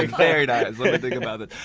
very nice! let's think about this.